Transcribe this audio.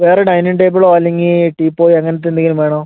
വേറെ ഡൈനിംഗ് ടേബിളോ അല്ലെങ്കിൽ ടീപ്പോയ് അങ്ങനത്തെ എന്തെങ്കിലും വേണോ